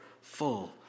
full